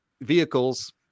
vehicles